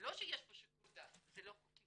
זה לא שיש פה שיקול דעת, זה לא חוקי.